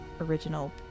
original